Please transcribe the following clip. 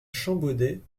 champbaudet